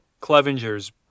Clevenger's